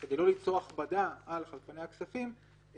על חלפני הכספים,